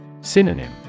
Synonym